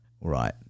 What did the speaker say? Right